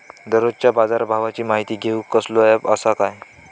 दररोजच्या बाजारभावाची माहिती घेऊक कसलो अँप आसा काय?